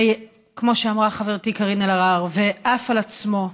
וכמו שאמרה חברתי קארין אלהרר, ועף על עצמו,